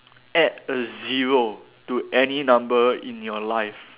add a zero to any number in your life